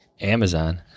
Amazon